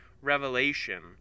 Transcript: revelation